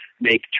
make